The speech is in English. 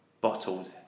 bottled